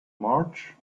march